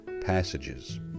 passages